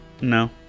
no